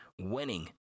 winning